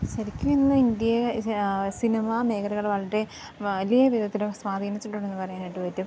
ശരിക്കും ഇന്ന് ഇന്ത്യയെ സിനിമാമേഖലകൾ വളരെ വലിയ വിധത്തിലും സ്വാധീനിച്ചിട്ടുണ്ടെന്ന് പറയാനായിട്ട് പറ്റും